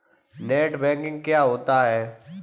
Net banking क्या होता है?